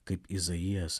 kaip izaijas